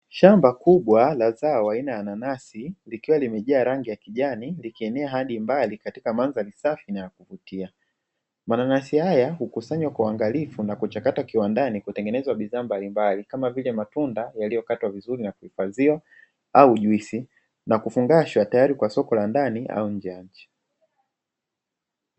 Shamba kubwa la zao aina ya nanasi likiwa limejaa rangi ya kijani, likienea hadi mbali katika mandhari safi na ya kuvutia. Mananasi haya hukusanywa kwa uangalifu na kuchakatwa kiwandani kutengeneza bidhaa mbalimbali kama vile matunda yaliyokatwakatwa vizuri na kuhifadhiwa au juisi, na kufungashwa tayari kwa soko la ndani au nje ya nchi.